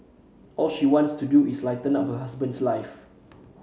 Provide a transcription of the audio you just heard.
all she wants to do is light up her husband's life